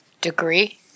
degree